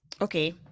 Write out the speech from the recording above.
okay